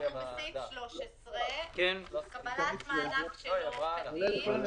בסעיף 13. קבלת מענק שלא כדין.